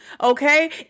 Okay